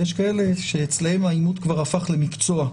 ויש כאלה שאצלם העימות כבר הפך למקצוע.